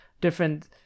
different